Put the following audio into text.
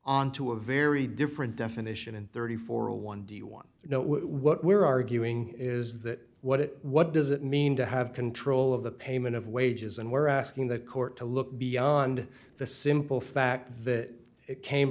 onto a very different definition and thirty for a one deal one you know what we're arguing is that what it what does it mean to have control of the payment of wages and we're asking the court to look beyond the simple fact that it came